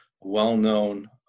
well-known